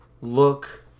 look